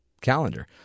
calendar